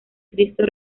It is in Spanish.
cristo